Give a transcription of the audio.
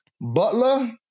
Butler